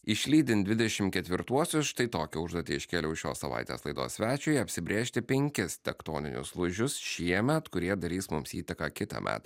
išlydint dvidešimt ketvirtuosius štai tokią užduotį iškėliau šios savaitės laidos svečiui apsibrėžti penkis tektoninius lūžius šiemet kurie darys mums įtaką kitąme